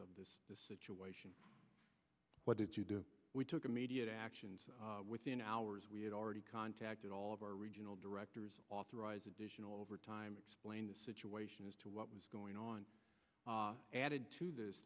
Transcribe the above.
of the situation what did you do we took immediate action within hours we had already contacted all of our regional directors authorize additional overtime explain the situation as to what was going on added to th